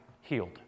healed